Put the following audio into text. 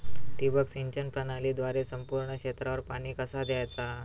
ठिबक सिंचन प्रणालीद्वारे संपूर्ण क्षेत्रावर पाणी कसा दयाचा?